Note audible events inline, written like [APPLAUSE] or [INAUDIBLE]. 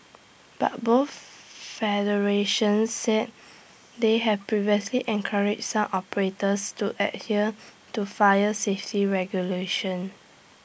but both [NOISE] federations said they had previously encouraged some operators to adhere to fire safety regulations